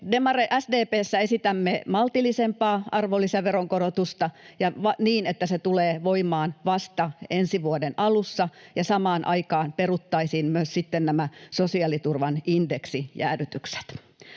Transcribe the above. SDP:ssä esitämme maltillisempaa arvonlisäveron korotusta ja niin, että se tulee voimaan vasta ensi vuoden alussa. Samaan aikaan peruttaisiin myös sitten nämä sosiaaliturvan indeksijäädytykset.